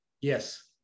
Yes